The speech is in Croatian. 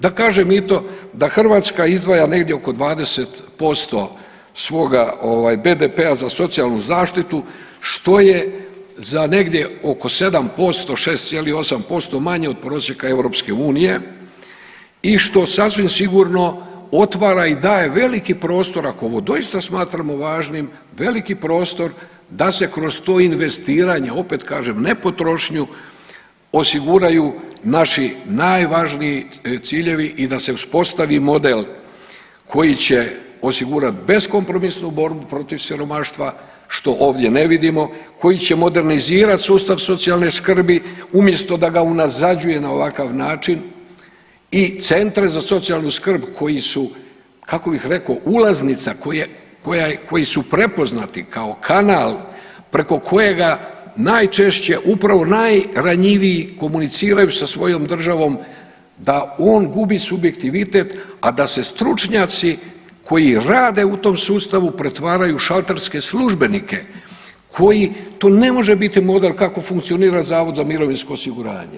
Da kažem i to da Hrvatska izdvaja negdje oko 20% svoga ovaj BDP-a za socijalnu zaštitu, što je za negdje oko 7%, 6,8% manje od prosjeka EU i što sasvim sigurno otvara i daje veliki prostor ako ovo doista smatramo važnim, veliki prostor da se kroz to investiranje opet kažem ne potrošnju osiguraju naši najvažniji ciljevi i da se uspostavi model koji će osigurat beskompromisnu borbu protiv siromaštva, što ovdje ne vidimo, koji će modernizirat sustav socijalne skrbi umjesto da ga unazađuje na ovakav način i centre za socijalnu skrb koji su, kako bih rekao, ulaznica koji su prepoznati kao kanal preko kojega najčešće upravo najranjiviji komuniciraju sa svojom državom da on gubi subjektivitet, a da se stručnjaci koji rade u tom sustavu pretvaraju u šalterske službenike koji, to ne može biti model kako funkcionira Zavod za mirovinsko osiguranje.